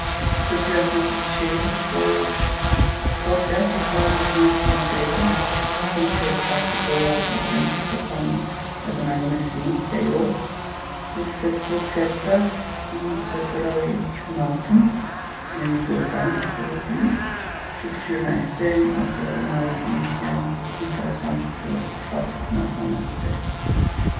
Të dyjat m'pëlqejnë, po t'omlat i ha zakonisht mas drekës. Kom qejf pak cokolladë ose n'qoftë se kom edhe naj omëlsinë, pse jo. Kurse kto t'gjelptat i preferoj natën me ni gotë venë ose dy, tu kqyr naj film ose edhe naj emision interesant që shfaqet në atë moment n'televizior.